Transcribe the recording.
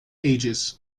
ages